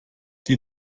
die